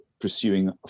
pursuing